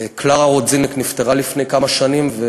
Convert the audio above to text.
קלרה רודזינק נפטרה לפני כמה שנים,